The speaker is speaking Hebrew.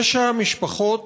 תשע משפחות,